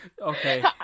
Okay